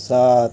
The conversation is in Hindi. सात